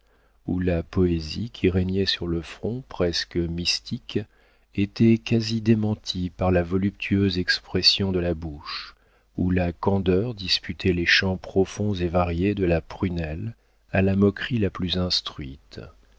où la poésie qui régnait sur le front presque mystique était quasi démentie par la voluptueuse expression de la bouche où la candeur disputait les champs profonds et variés de la prunelle à la moquerie la plus instruite